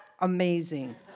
amazing